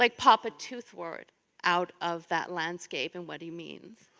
like papa toothwort out of that landscape and what he means.